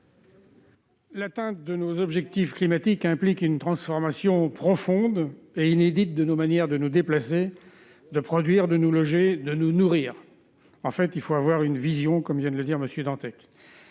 L'atteinte de nos objectifs climatiques implique une transformation profonde et inédite de nos manières de nous déplacer de produire, de nous loger de nous nourrir, en fait, il faut avoir une vision, comme vient de le dire Monsieur